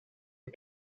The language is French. est